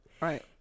right